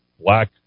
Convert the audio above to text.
black